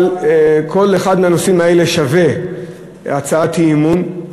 אבל כל אחד מהנושאים האלה שווה הצעת אי-אמון.